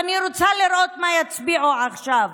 ואני רוצה לראות מה יצביעו עכשיו.